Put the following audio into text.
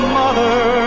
mother